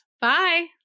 Bye